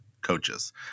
coaches